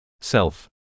self